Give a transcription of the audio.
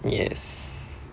yes